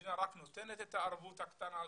המדינה רק נותנת את הערבות הקטנה הזאת.